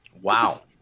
Wow